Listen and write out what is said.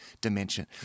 dimension